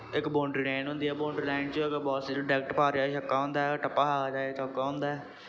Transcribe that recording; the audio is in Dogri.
इक बौंन्ड्री लैन होंदी ऐ बौंन्ड्री लैन च अगर बॉल सिद्धी ड्रैक्ट बाह्र जाए छक्का होंदा ऐ टप्पा खा के जाए चौका होंदा ऐ